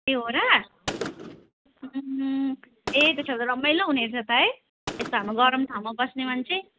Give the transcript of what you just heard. ए हो र ए त्यसो भए रमाइलो हुने रहेछ त है यस्तो हाम्रो गरम ठाउँमा बस्ने मान्छे